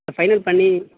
final பண்ணி